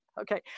okay